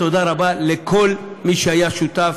תודה רבה לכל מי שהיה שותף